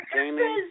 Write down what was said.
Jamie